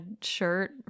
shirt